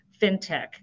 fintech